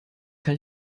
kann